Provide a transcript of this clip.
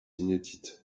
inédite